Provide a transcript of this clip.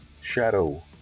Shadow